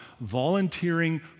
volunteering